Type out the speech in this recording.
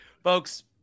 Folks